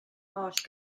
holl